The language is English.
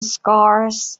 scars